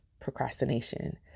procrastination